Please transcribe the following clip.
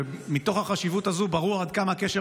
ומתוך החשיבות הזאת ברור עד כמה הקשר